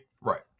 Right